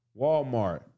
Walmart